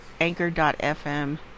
anchor.fm